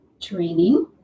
training